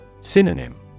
Synonym